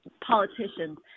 politicians